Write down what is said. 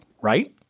right